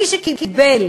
מי שקיבלו